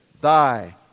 thy